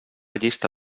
llista